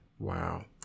wow